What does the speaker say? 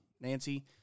Nancy